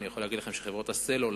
אני יכול להגיד לכם שחברות הסלולר,